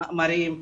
חומרים,